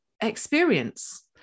experience